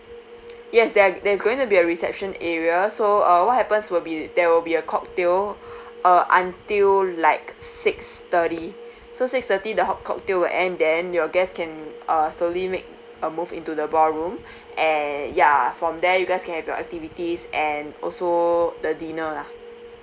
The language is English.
yes that that's going to be a reception area so uh what happens will be there will be a cocktail uh until like six thirty so six thirty the hot cocktail will end then your guest can uh slowly make a move into the ballroom and ya from there you guys can have your activities and also the dinner lah